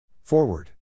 Forward